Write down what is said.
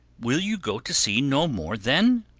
will you go to sea no more then?